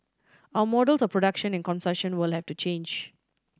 our models of production and consumption will have to change